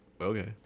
Okay